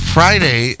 Friday